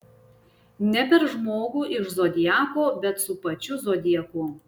ne per žmogų iš zodiako bet su pačiu zodiaku